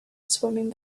swimming